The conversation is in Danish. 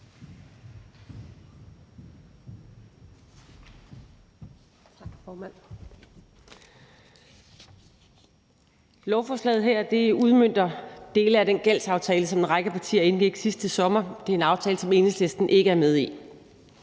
Lovforslaget her udmønter dele af den gældsaftale, som en række partier indgik sidste sommer. Det er en aftale, som Enhedslisten ikke er med i,